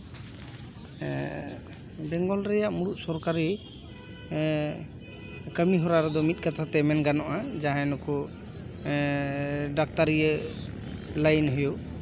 ᱵᱮᱝᱜᱚᱞ ᱨᱮᱭᱟᱜ ᱢᱩᱬᱩᱫ ᱥᱚᱨᱠᱟᱨᱤ ᱠᱟᱹᱢᱤ ᱦᱚᱨᱟ ᱨᱮᱫᱚ ᱢᱤᱫ ᱠᱟᱛᱷᱟ ᱛᱮ ᱢᱮᱱ ᱜᱟᱱᱚᱜᱼᱟ ᱡᱟᱦᱟᱸᱭ ᱱᱩᱠᱩ ᱰᱟᱠᱛᱟᱨᱤᱭᱟᱹ ᱞᱟᱭᱤᱱ ᱦᱩᱭᱩᱜ